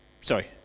Sorry